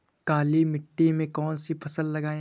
काली मिट्टी में कौन सी फसल लगाएँ?